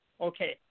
Okay